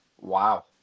Wow